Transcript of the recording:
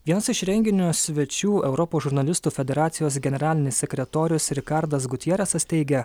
vienas iš renginio svečių europos žurnalistų federacijos generalinis sekretorius rikardas gutjeresas teigia